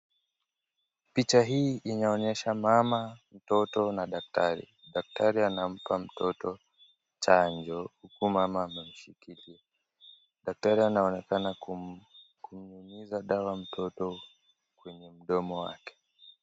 Picha hii inaonyesha mama, mtoto na daktari, daktari anampa mtoto chanjo huku mama amemshikilia. Daktari anaonekana kunyunyiza dawa mtoto kwenye mdomo wake.